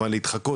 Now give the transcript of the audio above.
פעם אחת,